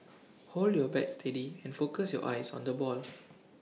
hold your bat steady and focus your eyes on the ball